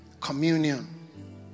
communion